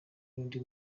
n’undi